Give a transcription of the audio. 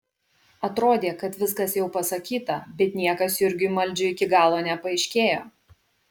atrodė kad viskas jau pasakyta bet niekas jurgiui maldžiui iki galo nepaaiškėjo